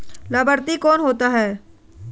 लाभार्थी कौन होता है?